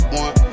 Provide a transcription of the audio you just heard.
one